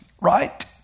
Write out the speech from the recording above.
right